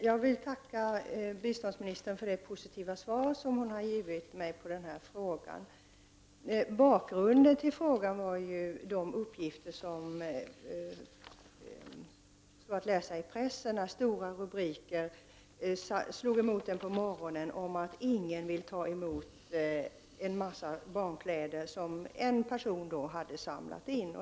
Herr talman! Jag tackar biståndsministern för det positiva svaret på min fråga. Bakgrunden till min fråga är de uppgifter som har förekommit i pressen. En morgon möttes vi ju av stora rubriker om att ingen ville ta emot en mängd barnkläder som en person hade samlat in.